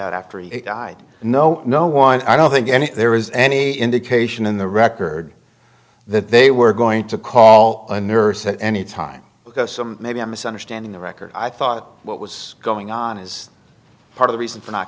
out after he died no no one i don't think any there is any indication in the record that they were going to call a nurse at any time maybe a misunderstanding the record i thought what was going on is part of the reason for not